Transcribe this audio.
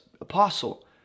apostle